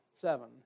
Seven